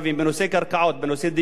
בנושא תקציבים,